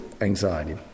anxiety